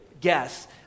guess